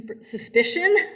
suspicion